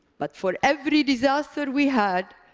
but for every disaster we had,